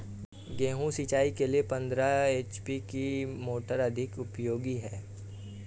गेहूँ सिंचाई के लिए पंद्रह एच.पी की मोटर अधिक उपयोगी है?